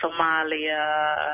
Somalia